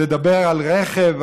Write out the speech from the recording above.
לדבר על רכב,